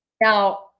Now